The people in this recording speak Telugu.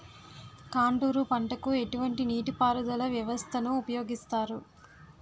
కాంటూరు పంటకు ఎటువంటి నీటిపారుదల వ్యవస్థను ఉపయోగిస్తారు?